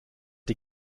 die